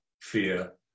fear